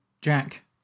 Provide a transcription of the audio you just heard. Jack